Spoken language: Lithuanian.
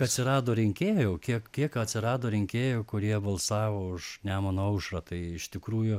atsirado rinkėjų kiek kiek atsirado rinkėjų kurie balsavo už nemuno aušrą tai iš tikrųjų